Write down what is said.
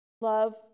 Love